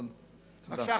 בקשה,